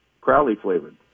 Crowley-flavored